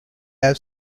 have